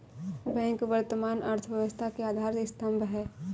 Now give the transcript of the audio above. bank वर्तमान अर्थव्यवस्था के आधार स्तंभ है